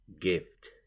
gift